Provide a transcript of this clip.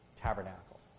tabernacle